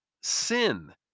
Sin